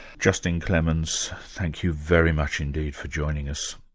justin clemens, thank you very much indeed for joining us.